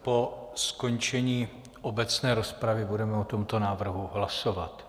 Po skončení obecné rozpravy budeme o tomto návrhu hlasovat.